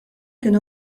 kien